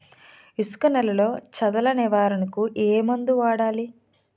ఇసుక నేలలో చదల నివారణకు ఏ మందు వాడాలి?